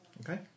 okay